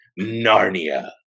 Narnia